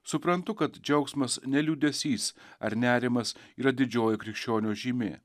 suprantu kad džiaugsmas ne liūdesys ar nerimas yra didžioji krikščionio žymė